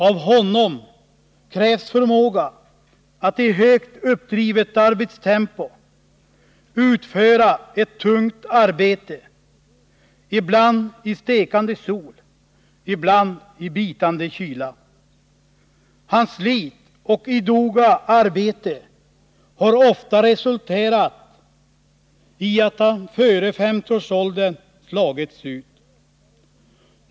Av honom krävs förmåga att i högt uppdrivet arbetstempo utföra ett tungt arbete, ibland i stekande sol, ibland i bitande kyla. Hans slit och idoga arbete har ofta resulterat i att han före 50-årsåldern slagits ut.